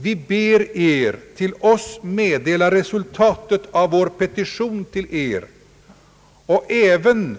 Vi ber Er till oss meddela resultatet av vår petition till Er och även